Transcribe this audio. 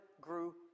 grew